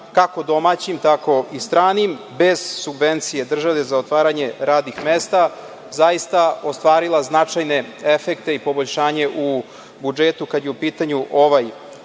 kako domaćim, tako i stranim, bez subvencije države za otvaranje radnih mesta, zaista ostvarila značajne efekte i poboljšanje u budžetu kada je u pitanju ovaj